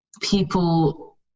people